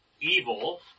evil